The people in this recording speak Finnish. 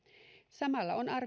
samalla on